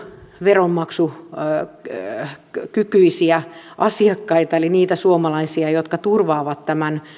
veronmaksukykyisiä asiakkaita eli niitä suomalaisia jotka turvaavat tämän